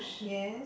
yes